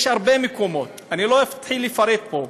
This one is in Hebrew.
יש הרבה מקומות, אני לא אתחיל לפרט פה.